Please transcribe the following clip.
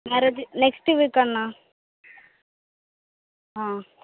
marriage next week அண்ணா ஆ